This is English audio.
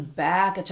back